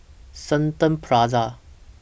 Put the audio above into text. Shenton Plaza